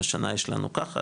השנה יש לנו ככה,